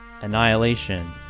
Annihilation